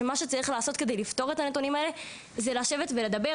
שמה שצריך לעשות כדי לפתור את הנתונים האלה זה לשבת ולדבר,